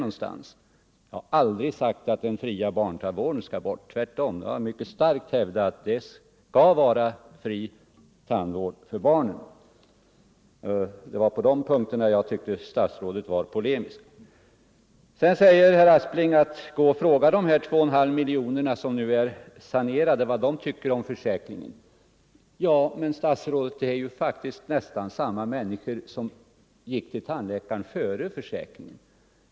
Jag har aldrig sagt att den fria barntandvården skall bort. Tvärtom har jag mycket starkt hävdat att vi skall ha fri tandvård för barnen. Det var på de punkterna jag tyckte att statsrådet var polemisk. Så säger statsrådet Aspling: Gå och fråga de 2,5 miljoner människor som har fått behandling hos tandläkare vad de tycker om försäkringen! Men, herr statsråd, det är nästan samma människor som gick till tandläkaren före försäkringen.